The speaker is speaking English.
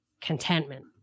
contentment